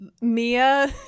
Mia